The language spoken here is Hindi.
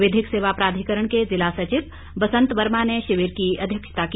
विधिक सेवा प्राधिकरण के जिला सचिव बसंत वर्मा ने शिविर की अध्यक्षता की